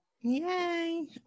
yay